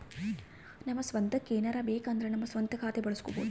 ನಮ್ಮ ಸ್ವಂತಕ್ಕ ಏನಾರಬೇಕಂದ್ರ ನಮ್ಮ ಸ್ವಂತ ಖಾತೆ ಬಳಸ್ಕೋಬೊದು